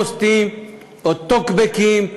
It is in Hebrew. פוסטים או טוקבקים,